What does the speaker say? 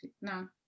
no